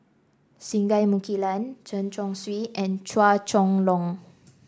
Singai Mukilan Chen Chong Swee and Chua Chong Long